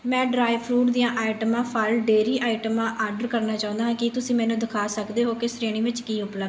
ਮੈਂ ਡਰਾਈਫਰੂਟ ਦੀਆਂ ਆਈਟਮਾਂ ਫ਼ਲ ਡੇਅਰੀ ਆਈਟਮਾਂ ਆਰਡਰ ਕਰਨਾ ਚਾਹੁੰਦਾ ਹਾਂ ਕੀ ਤੁਸੀਂ ਮੈਨੂੰ ਦਿਖਾ ਸਕਦੇ ਹੋ ਕਿ ਸ਼੍ਰੇਣੀ ਵਿੱਚ ਕੀ ਉਪਲੱਬਧ